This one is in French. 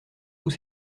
tous